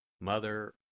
Mother